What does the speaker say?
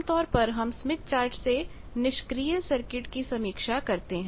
आम तौर पर हम स्मिथ चार्ट से निष्क्रिय सर्किट की समीक्षा करते हैं